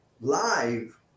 live